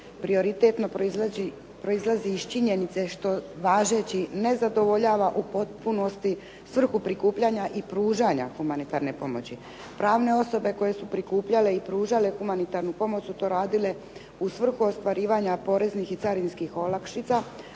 prioritetno proizlazi iz činjenice što važeći ne zadovoljava u potpunosti svrhu prikupljanja i pružanja humanitarne pomoći. Pravne osobe koje su prikupljale i pružale humanitarnu pomoć su to radile u svrhu ostvarivanja poreznih i carinskih olakšica,